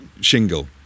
shingle